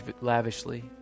lavishly